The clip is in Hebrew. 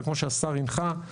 אבל כמו שהשר הנחה,